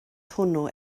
hwnnw